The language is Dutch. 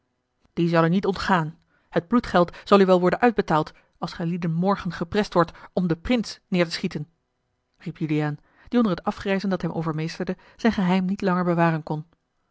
zal u niet ontgaan het bloedgeld zal u wel worden uitbetaald als gijlieden morgen geprest wordt om den prins neêr te schieten riep juliaan die onder het afgrijzen dat hem overmeesterde zijn geheim niet langer bewaren kon